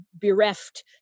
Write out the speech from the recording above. bereft